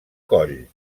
coll